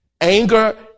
Anger